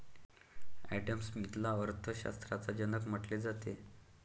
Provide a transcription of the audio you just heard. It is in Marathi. ॲडम स्मिथला अर्थ शास्त्राचा जनक म्हटले जाते